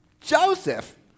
Joseph